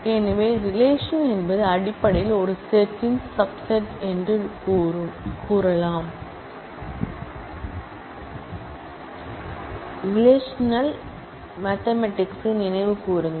எனவே ரிலேஷன் என்பது அடிப்படையில் ஒரு செட்டின் சப் செட் என்று கூறும் ரிலேஷனின் மேத்தமேடிக்கல் நோஷனை நினைவுகூருங்கள்